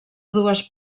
dues